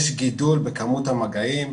יש גידול בכמות המגעים,